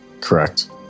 Correct